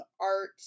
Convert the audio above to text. art